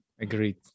agreed